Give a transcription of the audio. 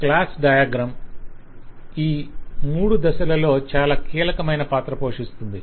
class diagram ఈ 3 దశలలో చాలా కీలకమైన పాత్ర పోషిస్తుంది